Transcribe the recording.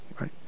right